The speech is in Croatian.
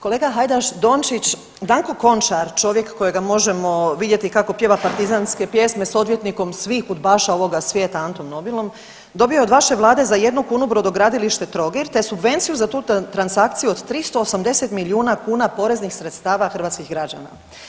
Kolega Hajdaš Dončić, Danko Končar, čovjek kojega možemo vidjeti kako pjeva partizanske pjesme s odvjetnikom svih UDBA-ša ovoga svijeta, Antom Nobilom, dobio je od vaše Vlade za jednu kunu Brodogradilište Trogir, te subvenciju za tu transakciju od 380 milijuna kuna poreznih sredstava hrvatskih građana.